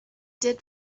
did